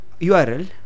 URL